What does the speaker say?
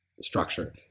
structure